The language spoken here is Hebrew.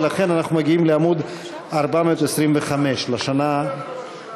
ולכן אנחנו מגיעים לעמוד 425, לשנה הבאה.